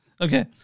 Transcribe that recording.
Okay